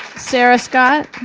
sara scott?